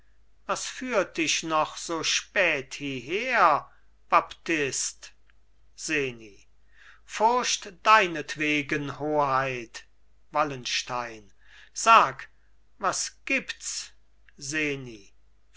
was führt dich noch so spät hieher baptist seni furcht deinetwegen hoheit wallenstein sag was gibts seni